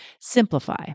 Simplify